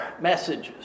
messages